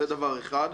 זה דבר אחד.